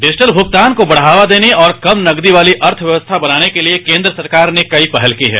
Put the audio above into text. digital भुगतान को बढ़ावा देने और कम नकदी वाली अर्थव्यवस्था बनाने के लिए केंद्र सरकार ने कई पहल की हैं